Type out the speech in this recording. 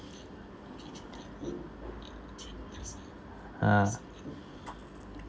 a'ah